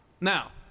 Now